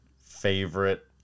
favorite